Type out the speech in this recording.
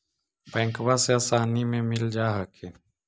बैंकबा से आसानी मे मिल जा हखिन?